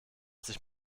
sich